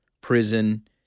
prison